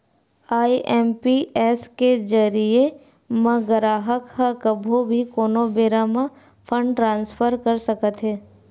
IMPS के जरिए म गराहक ह कभू भी कोनो बेरा म फंड ट्रांसफर कर सकत हे